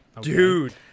Dude